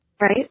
right